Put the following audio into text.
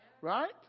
right